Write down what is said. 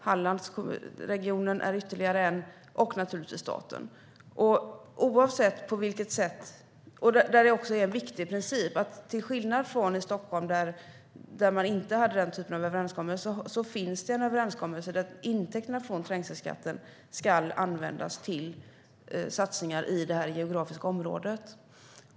Hallandsregionen är ytterligare en, och sedan är det naturligtvis staten. Där är det en viktig princip. Till skillnad från i Stockholm, där man inte hade den typen av överenskommelse, finns det en överenskommelse om att intäkterna från trängselskatten ska användas till satsningar i det här geografiska området.